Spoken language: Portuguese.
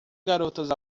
garotas